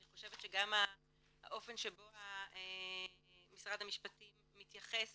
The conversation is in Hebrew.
אני חושבת שגם האופן שבו משרד המשפטים מתייחס